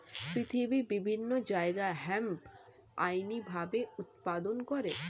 পৃথিবীর বিভিন্ন জায়গায় হেম্প আইনি ভাবে উৎপাদন করে